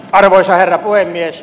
arvoisa herra puhemies